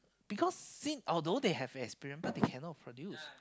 because thing although they have experience but they can not produce